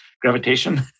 gravitation